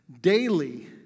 Daily